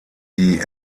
die